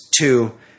two